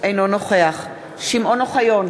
אינו נוכח שמעון אוחיון,